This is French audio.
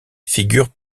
figure